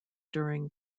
during